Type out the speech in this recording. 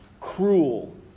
cruel